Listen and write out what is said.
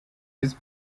visi